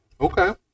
okay